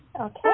Okay